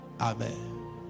Amen